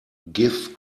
give